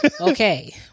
Okay